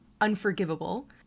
unforgivable